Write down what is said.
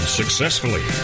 successfully